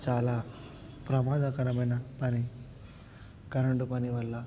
చాలా ప్రమాదకరమైన పని కరెంటు పని వల్ల